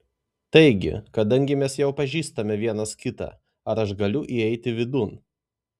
taigi kadangi mes jau pažįstame vienas kitą ar aš galiu įeiti vidun